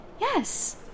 Yes